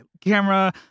camera